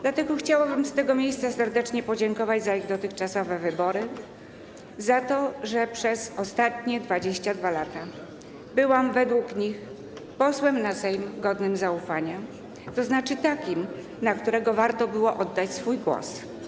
Dlatego chciałabym z tego miejsca serdecznie podziękować za ich dotychczasowe wybory, za to, że przez ostatnie 22 lata byłam według nich posłem na Sejm godnym zaufania, to znaczy takim, na którego warto było oddać swój głos.